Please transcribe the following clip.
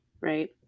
right